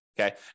Okay